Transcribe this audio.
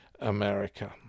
America